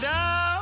Down